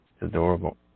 adorable